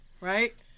right